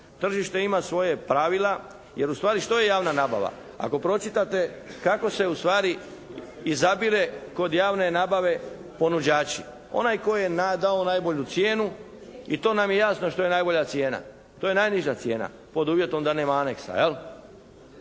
Tržište ima svoja pravila. Jer ustvari što je javna nabava? Ako pročitate kako se ustvari izabire kod javne nabave ponuđači, onaj koji je dao najbolju cijenu i to nam je jasno što je najbolja cijena, to je najniža cijena, pod uvjetom da nema aneksa, jel.